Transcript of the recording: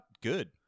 good